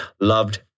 Loved